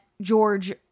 George